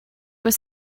was